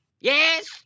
Yes